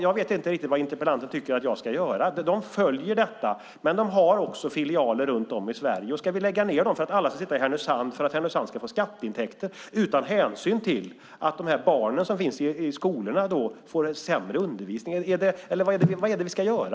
Jag vet inte riktigt vad interpellanten tycker att jag ska göra. De följer beslutet, men de har också filialer runt om i Sverige. Ska vi lägga ned dem så att alla ska sitta i Härnösand för att Härnösand ska få skatteintäkter utan hänsyn till att barnen i skolorna får sämre undervisning? Vad är det vi ska göra?